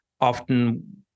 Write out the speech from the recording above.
often